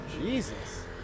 Jesus